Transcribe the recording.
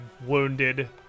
wounded